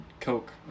Coke